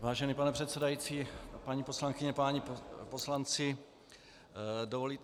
Vážený pane předsedající, paní poslankyně, páni poslanci, dovoluji